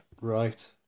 Right